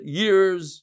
years